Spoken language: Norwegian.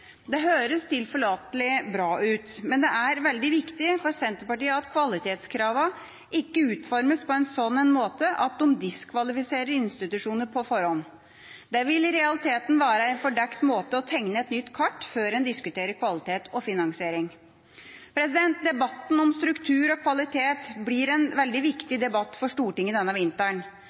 Det høres tilforlatelig og bra ut, men det er veldig viktig for Senterpartiet at kvalitetskravene ikke utformes på en sånn måte at de diskvalifiserer institusjoner på forhånd. Det vil i realiteten være en fordekt måte å tegne et nytt kart på – før en diskuterer kvalitet og finansiering. Debatten om struktur og kvalitet blir veldig viktig for Stortinget denne vinteren.